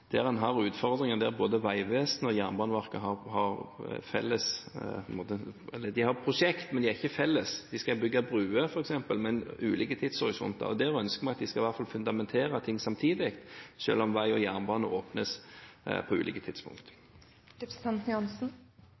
der en har den utfordringen der både vegvesenet og Jernbaneverket har prosjekter, men ikke felles. De skal bygge bruer, f.eks., men med ulike tidshorisonter. Vi ønsker at de i hvert fall skal fundamentere ting samtidig, selv om vei og jernbane åpnes på ulike